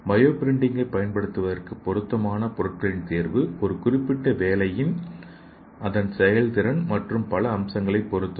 bio பிரிண்டிங்கைப் பயன்படுத்துவதற்கு பொருத்தமான பொருட்களின் தேர்வு ஒரு குறிப்பிட்ட வேலையில் அதன் செயல்திறன் மற்றும் பல அம்சங்களைப் பொறுத்தது